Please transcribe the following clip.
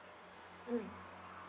mm